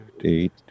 eight